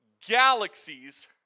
galaxies